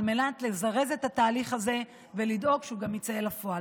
על מנת לזרז את התהליך הזה ולדאוג שהוא גם יצא אל הפועל.